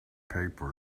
paper